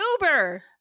Uber